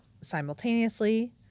simultaneously